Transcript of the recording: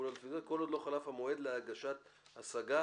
גבייה כל עוד חלף המועד להגשת השגה,